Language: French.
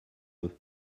eux